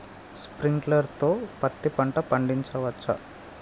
Sprinkler తో పత్తి పంట పండించవచ్చా?